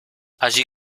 allí